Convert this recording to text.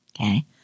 Okay